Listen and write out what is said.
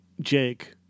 Jake